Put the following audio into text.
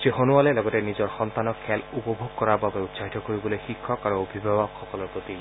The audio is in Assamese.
শ্ৰীসোণোৱালে লগতে নিজৰ সন্তানক খেল উপভোগ কৰাৰ বাবে উৎসাহিত কৰিবলৈ শিক্ষক আৰু অভিভাৱকসকলৰ প্ৰতি